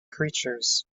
creatures